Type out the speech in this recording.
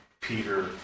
Peter